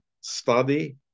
study